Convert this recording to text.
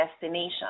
destination